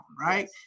right